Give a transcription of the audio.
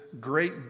great